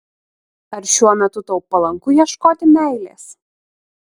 ar šiuo metu tau palanku ieškoti meilės